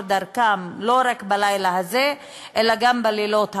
דרכם לא רק בלילה הזה אלא גם בלילות הבאים,